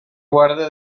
guarde